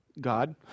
God